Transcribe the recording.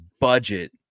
budget